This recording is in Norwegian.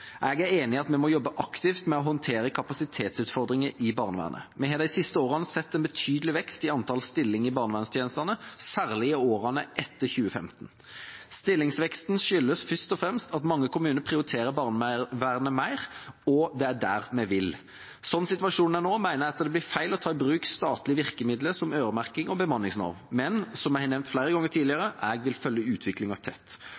Jeg er enig i at vi må jobbe aktivt med å håndtere kapasitetsutfordringer i barnevernet. Vi har de siste årene sett en betydelig vekst i antall stillinger i barnevernstjenestene, særlig i årene etter 2015. Stillingsveksten skyldes først og fremst at mange kommuner prioriterer barnevernet mer, og det er dit vi vil. Slik situasjonen er nå, mener jeg det blir feil å ta i bruk statlige virkemidler som øremerking og bemanningsnorm. Men som jeg har nevnt flere ganger tidligere: Jeg vil følge utviklingen tett,